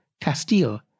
Castile